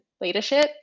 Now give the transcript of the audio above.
leadership